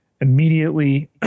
immediately